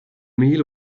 meal